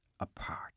Apart